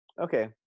Okay